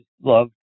love